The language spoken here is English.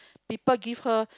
people give her